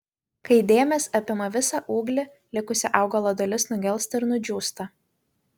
kai dėmės apima visą ūglį likusi augalo dalis nugelsta ir nudžiūsta